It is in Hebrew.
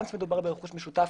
רבותיי,